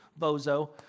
bozo